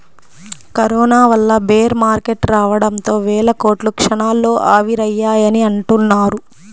corona వల్ల bear market రావడంతో వేల కోట్లు క్షణాల్లో ఆవిరయ్యాయని అంటున్నారు